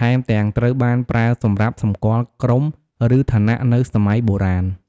ថែមទាំងត្រូវបានប្រើសម្រាប់សម្គាល់ក្រុមឬឋានៈនៅសម័យបុរាណ។